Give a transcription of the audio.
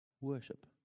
Worship